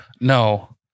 no